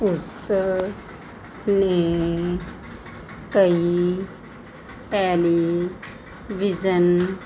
ਉਸ ਨੇ ਕਈ ਟੈਲੀਵਿਜ਼ਨ